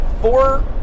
four